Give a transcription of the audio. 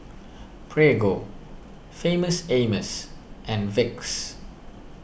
Prego Famous Amos and Vicks